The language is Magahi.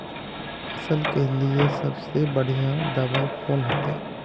फसल के लिए सबसे बढ़िया दबाइ कौन होते?